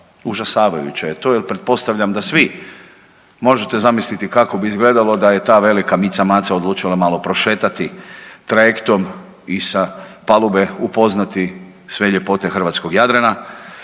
Užasavajuće je to jel pretpostavljam da svi možete zamisliti kako bi izgledalo da je ta velika mica maca odlučila malo prošetati trajektom i sa palube upoznati sve ljepote hrvatskog Jadrana,